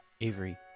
Avery